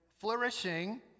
flourishing